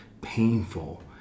painful